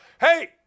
Hey